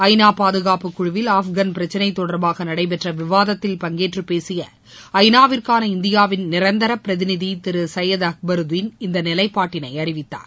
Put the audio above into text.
ஐநா பாதுகாப்புக் குழுவில் ஆப்கான் பிரச்சினை தொடர்பாக நடைபெற்ற விவாதத்தில் பங்கேற்று பேசிய ஐநா விற்கான இந்தியாவின் நிரந்தர பிரதிநிதி திரு சையது அக்பரூதீன் இந்த நிலைப்பாட்டினை அறிவித்தார்